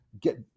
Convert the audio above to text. get